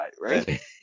Right